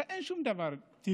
הרי אין שום דבר טבעי